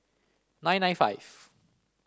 nine nine five